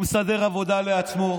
הוא מסדר עבודה לעצמו,